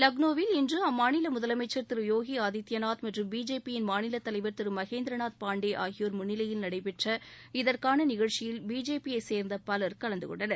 லக்னோவில் இன்று அம்மாநில முதலமைச்சர் திரு யோகி ஆதித்யநாத் மற்றும் பிஜேபியின் மாநில தலைவர் திரு மகேந்திரநாத் பாண்டே ஆகியோர் முன்னிலையில் நடைபெற்ற இதற்கான நிகழ்ச்சியில் பிஜேபியை சேர்ந்த பவர் கலந்துகொண்டனர்